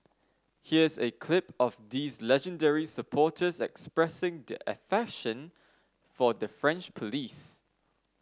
here's a clip of these legendary supporters expressing their affection for the French police